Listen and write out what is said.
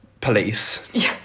police